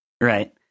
right